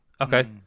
Okay